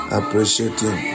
appreciating